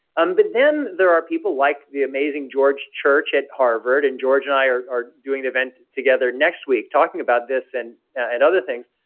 um but then there are people like the amazing george church at harvard and george and i are are doing an event together next week talking about this and and other things,